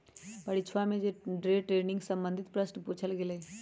परीक्षवा में day trading से संबंधित प्रश्न पूछल गय लय